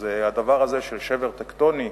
אז הדבר הזה של שבר טקטוני,